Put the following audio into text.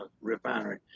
refinery